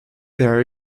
their